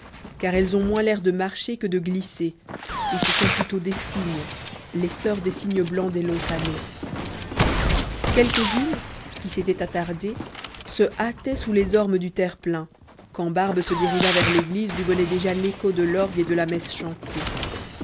car elles ont moins l'air de marcher que de glisser et ce sont plutôt des cygnes les soeurs des cygnes blancs des longs canaux quelques-unes qui s'étaient attardées se hâtaient sous les ormes du terre-plein quand barbe se dirigea vers l'église d'où venait déjà l'écho de l'orgue et de la messe chantée